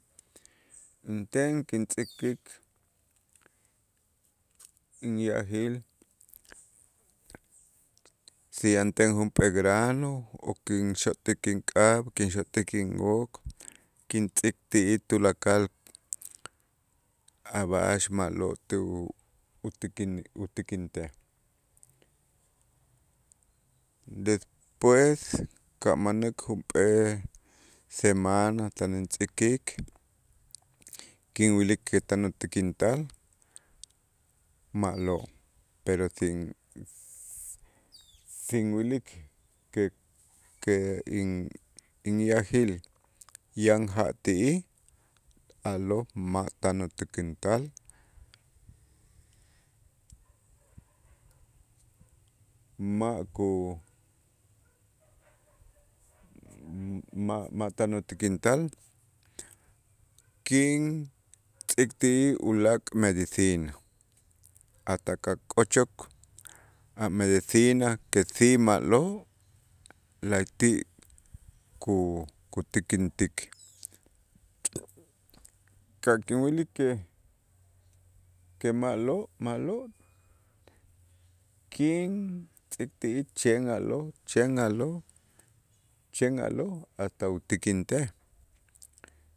Inten kintz'äkik inyajil si yanten junp'ee grano o kinxot'ik ink'ab', kinxot'ik in'ok, kitz'ik ti'ij tulakal a' b'a'ax ma'lo' tu utikin utikintej, despues kamanäk junp'ee semana tan intz'äkik kinwilik kitan utikintal ma'lo', pero si si sin wilik que que in- inyajil yan ja' ti'ij a'lo' ma' tan utikintal, ma' ku ma'-ma' tan utikintal kintz'ik ti'ij ulaak' medicina, a ta kak'ochok a medicina que si ma'lo' la'ayti' ku- kutikintik, ka' kinwilik que que ma'lo' ma'lo' kintz'ik ti'ij chen a'lo', chen a'lo', chen a'lo' hasta utikintej.